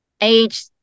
age